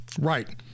right